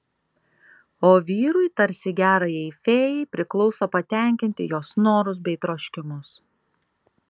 o vyrui tarsi gerajai fėjai priklauso patenkinti jos norus bei troškimus